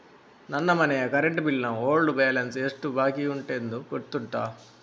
ನನ್ನ ಮನೆಯ current bill ನ ಓಲ್ಡ್ ಬ್ಯಾಲೆನ್ಸ್ ಎಷ್ಟು ಬಾಕಿಯುಂಟೆಂದು ಗೊತ್ತುಂಟ?